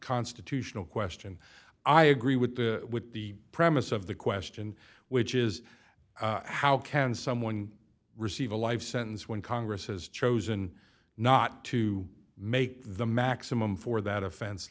constitutional question i agree with the with the premise of the question which is how can someone receive a life sentence when congress has chosen not to make the maximum for that offense